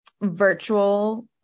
virtual